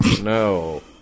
No